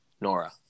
Nora